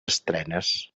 estrenes